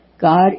God